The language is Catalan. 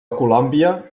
colòmbia